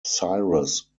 cyrus